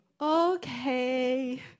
okay